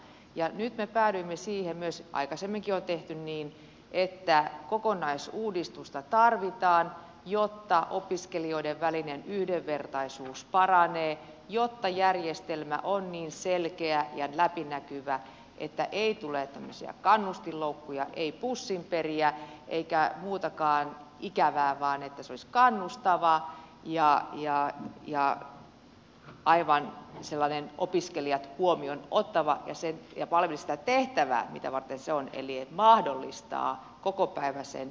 nyt me päädyimme siihen myös aikaisemminkin on tehty niin että kokonaisuudistusta tarvitaan jotta opiskelijoiden välinen yhdenvertaisuus paranee jotta järjestelmä on niin selkeä ja läpinäkyvä että ei tule tämmöisiä kannustinloukkuja ei pussinperiä eikä muutakaan ikävää vaan että se olisi kannustava ja aivan sellainen opiskelijat huomioon ottava ja palvelisi sitä tehtävää mitä varten se on eli mahdollistaa kokopäiväisen opiskelun